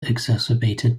exacerbated